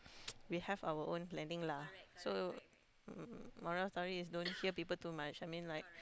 we have our own planning lah so um moral of story is don't hear people too much I mean like